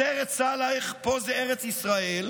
בסרט "סאלח פה זה ארץ ישראל"